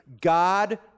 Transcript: God